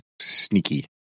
sneaky